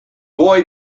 boy